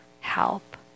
help